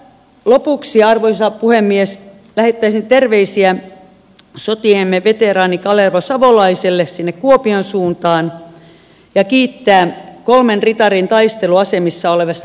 lopuksi arvoisa puhemies lähettäisin terveisiä sotiemme veteraani kalervo savolaiselle sinne kuopion suuntaan ja kiitän kolmen ritarin taisteluasemissa olevasta kirjasta